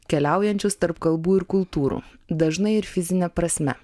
keliaujančius tarp kalbų ir kultūrų dažnai ir fizine prasme